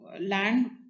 land